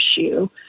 issue